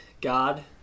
God